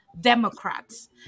Democrats